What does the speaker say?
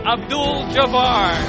Abdul-Jabbar